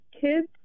kids